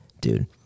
dude